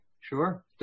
sure